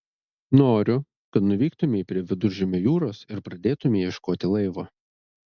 noriu kad nuvyktumei prie viduržemio jūros ir pradėtumei ieškoti laivo